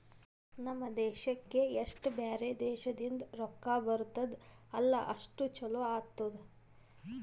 ನಮ್ ದೇಶಕ್ಕೆ ಎಸ್ಟ್ ಬ್ಯಾರೆ ದೇಶದಿಂದ್ ರೊಕ್ಕಾ ಬರ್ತುದ್ ಅಲ್ಲಾ ಅಷ್ಟು ಛಲೋ ಆತ್ತುದ್